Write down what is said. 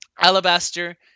alabaster